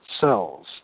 Cells